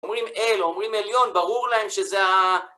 אומרים "אל", אומרים "עליון", ברור להם שזה ה...